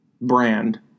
brand